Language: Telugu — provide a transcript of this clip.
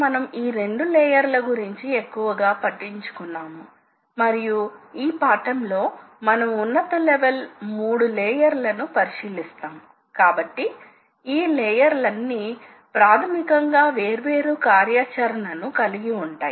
ఇక్కడ ఒక డ్రైవింగ్ మోటార్ ఉంది అంటే మీకు ఇక్కడ ఒక మోటార్ డ్రైవ్ ఉంది అందుకే వర్క్ పీస్ తిరుగుతుంది మరియు ఇది సాధనం ఇది కదులుతున్న సాధనం హోల్డర్ అంటే దీనిని కదపగలుగుతుంది